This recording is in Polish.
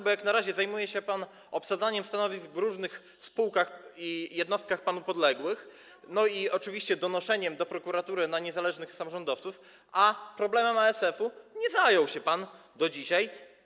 Bo jak na razie zajmuje się pan obsadzaniem stanowisk w różnych spółkach i jednostkach panu podległych no i oczywiście donoszeniem do prokuratury na niezależnych samorządowców, a problemem ASF nie zajął się pan do dzisiaj.